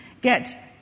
get